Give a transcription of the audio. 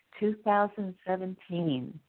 2017